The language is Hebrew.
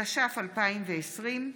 התש"ף 2020,